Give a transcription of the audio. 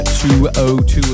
202